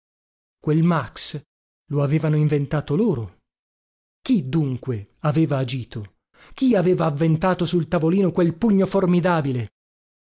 quel max lo avevano inventato loro chi dunque aveva agito chi aveva avventato sul tavolino quel pugno formidabile